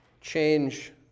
change